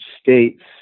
states